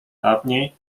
dawniej